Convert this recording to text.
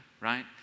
right